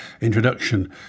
introduction